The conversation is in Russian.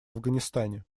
афганистане